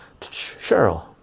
Cheryl